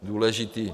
Důležitý.